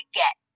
get